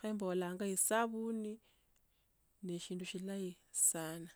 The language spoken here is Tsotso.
khembolanga esavuni ne shindu shilayi sana.